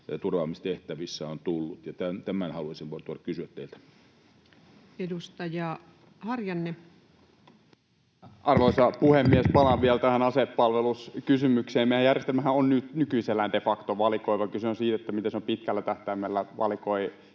rauhanturvaamistehtävissä on tullut. Tämän haluaisin vain kysyä teiltä. Edustaja Harjanne. Arvoisa puhemies! Palaan vielä tähän asepalveluskysymykseen: Meidän järjestelmähän on nykyisellään de facto valikoiva, ja kyse on siitä, miten se pitkällä tähtäimellä valikoi